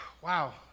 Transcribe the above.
Wow